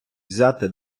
взяти